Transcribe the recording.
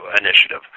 initiative